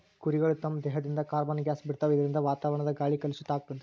ಕುರಿಗಳ್ ತಮ್ಮ್ ದೇಹದಿಂದ್ ಕಾರ್ಬನ್ ಗ್ಯಾಸ್ ಬಿಡ್ತಾವ್ ಇದರಿಂದ ವಾತಾವರಣದ್ ಗಾಳಿ ಕಲುಷಿತ್ ಆಗ್ತದ್